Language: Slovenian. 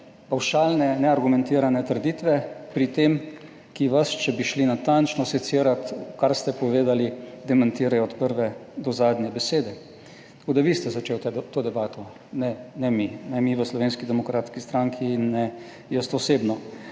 pavšalne neargumentirane trditve pri tem, ki vas, če bi šli natančno secirati, kar ste povedali, demantirajo od prve do zadnje besede. Tako da, vi ste začeli to debato, ne mi, ne mi v Slovenski demokratski stranki in ne jaz osebno.